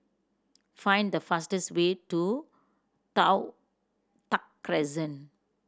find the fastest way to Toh Tuck Crescent